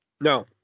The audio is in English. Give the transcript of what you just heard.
no